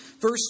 Verse